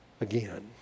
again